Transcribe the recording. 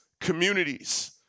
communities